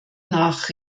nach